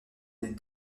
des